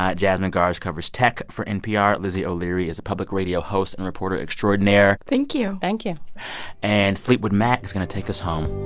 um jasmine garsd covers tech for npr. lizzie o'leary is a public radio host and reporter extraordinaire thank you thank you and fleetwood mac is going to take us home